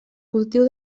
cultiu